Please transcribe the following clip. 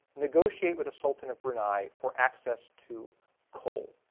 negotiate with the sultan of bunei, for access to coal.